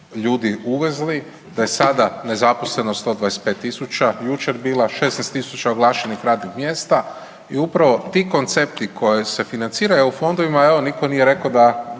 ljudi uvezli da je sada nezaposlenost 125.000 jučer bila, 16.000 oglašenih radnih mjesta i upravo ti koncepti koje se financira EU fondovima, evo nitko nije rekao da